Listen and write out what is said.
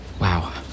wow